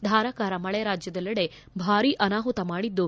ಧಾರಾಕಾರ ಮಳೆ ರಾಜ್ಯದೆಲ್ಲೆಡೆ ಭಾರೀ ಅನಾಹುತ ಮಾಡಿದ್ದು